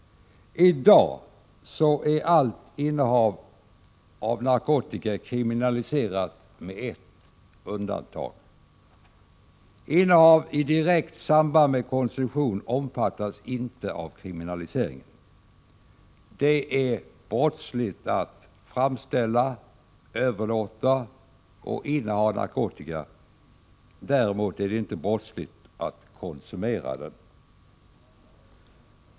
I dag är allt innehav av narkotika kriminaliserat, med ett undantag. Innehav i direkt samband med konsumtion omfattas inte av kriminaliseringen. Det är brottsligt att framställa, överlåta och inneha narkotika. Däremot är det inte brottsligt att konsumera den.